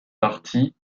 partie